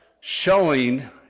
showing